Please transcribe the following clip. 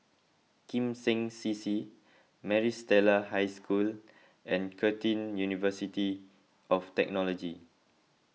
Kim Seng C C Maris Stella High School and Curtin University of Technology